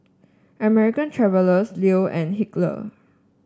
American Traveller Leo and Hilker